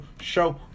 show